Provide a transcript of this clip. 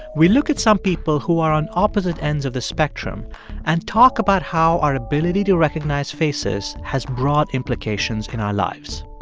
we look at some people who are on opposite ends of the spectrum and talk about how our ability to recognize faces has broad implications in our lives